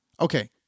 okay